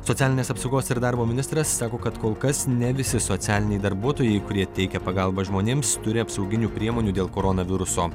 socialinės apsaugos ir darbo ministras sako kad kol kas ne visi socialiniai darbuotojai kurie teikia pagalbą žmonėms turi apsauginių priemonių dėl koronaviruso